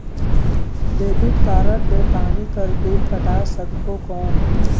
Debit card ले पानी कर बिल पटाय सकबो कौन?